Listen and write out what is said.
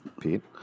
Pete